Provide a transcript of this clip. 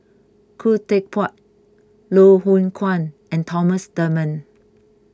Khoo Teck Puat Loh Hoong Kwan and Thomas Dunman